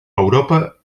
europa